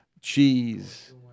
cheese